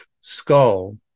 skull